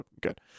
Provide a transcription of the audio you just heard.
good